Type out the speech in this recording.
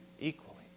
equally